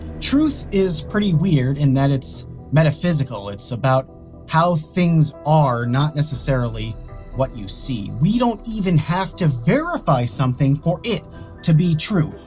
truth is pretty weird in that it's metaphysical it's about how things are, not necessarily what we see. we don't even have to verify something for it to be true.